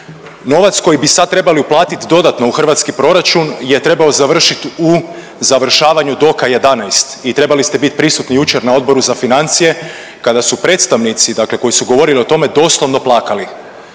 Novac koji bi sad trebali uplatiti dodatno u hrvatski proračun je trebao završiti u završavanju doka 11 i trebali ste bit prisutni jučer na Odboru za financije kada su predstavnici, dakle koji su govorili o tome doslovno plakali.